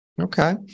Okay